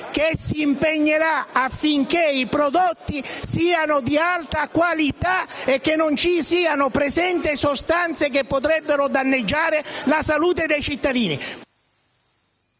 che si impegnerà affinché i prodotti siano di alta qualità e che non contengano sostanze che potrebbero danneggiare la salute dei cittadini?